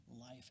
life